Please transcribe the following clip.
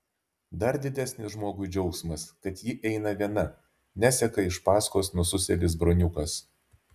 dar didesnis žmogui džiaugsmas kad ji eina viena neseka iš paskos nususėlis broniukas